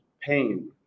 pain